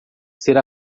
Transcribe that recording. ser